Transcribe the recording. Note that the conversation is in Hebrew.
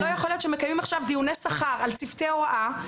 יכול להיות שמקיימים עכשיו דיוני שכר על צוותי הוראה,